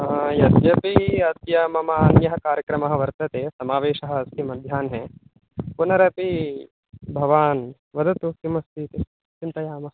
हा यद्यपि अद्य मम अन्यः कार्यक्रमः वर्तते समावेशः अस्य मध्यान्हे पुनरपि भवान् वदतु किम् अस्ति इति चिन्तयामः